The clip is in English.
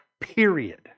Period